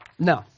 No